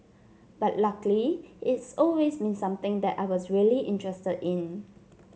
but luckily it's always been something that I was really interested in